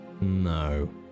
No